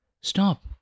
stop